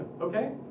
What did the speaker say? okay